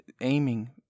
aiming